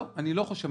לא, אני לא חושב.